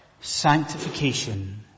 sanctification